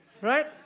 right